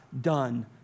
done